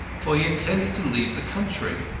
for he intended to leave the country.